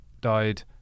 died